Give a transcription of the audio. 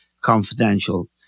Confidential